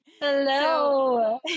Hello